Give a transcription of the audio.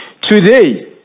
today